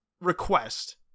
request